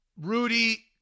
Rudy